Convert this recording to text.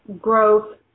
growth